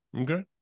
Okay